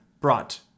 brought